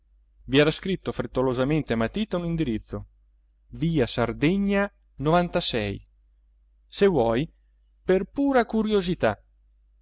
i era scritto frettolosamente a matita un indirizzo ia ardegna e vuoi per pura curiosità